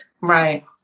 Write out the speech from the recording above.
right